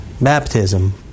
Baptism